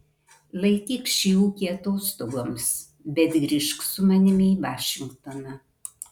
laikyk šį ūkį atostogoms bet grįžk su manimi į vašingtoną